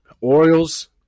Orioles